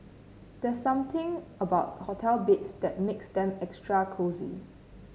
there's something about hotel beds that makes them extra cosy